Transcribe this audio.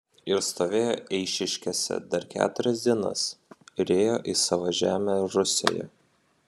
ir stovėjo eišiškėse dar keturias dienas ir ėjo į savo žemę rusioje